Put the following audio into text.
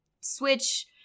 switch